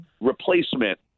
replacement